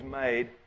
made